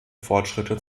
fortschritte